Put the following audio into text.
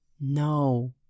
No